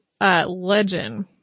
legend